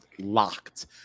locked